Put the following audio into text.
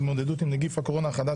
אני מתכבד לפתוח את ישיבת ועדת הכנסת.